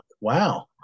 Wow